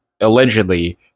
allegedly